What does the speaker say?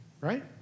right